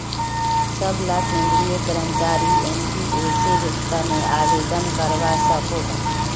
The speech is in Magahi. सबला केंद्रीय कर्मचारी एनपीएसेर तने आवेदन करवा सकोह